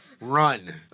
run